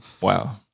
Wow